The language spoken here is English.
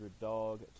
dog